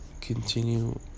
continue